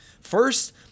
First